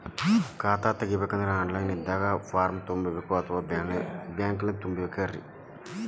ಖಾತಾ ತೆಗಿಬೇಕಂದ್ರ online ದಾಗ ಫಾರಂ ತುಂಬೇಕೊ ಅಥವಾ ಬ್ಯಾಂಕನ್ಯಾಗ ತುಂಬ ಬೇಕ್ರಿ?